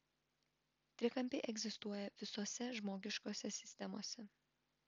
trikampiai egzistuoja visose žmogiškose sistemose